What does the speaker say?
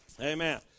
Amen